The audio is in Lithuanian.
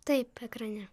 taip ekrane